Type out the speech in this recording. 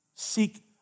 Seek